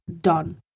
done